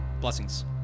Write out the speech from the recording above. Blessings